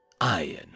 Iron